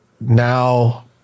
now